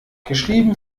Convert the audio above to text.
geschrieben